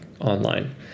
online